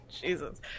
Jesus